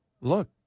look